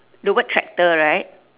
the word tractor right